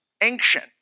ancient